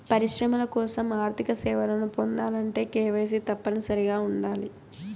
పరిశ్రమల కోసం ఆర్థిక సేవలను పొందాలంటే కేవైసీ తప్పనిసరిగా ఉండాలి